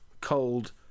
cold